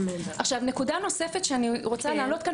בנוסף,